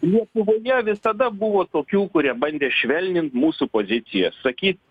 lietuvoje visada buvo tokių kurie bandė švelnint mūsų pozicijas sakyt